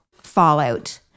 fallout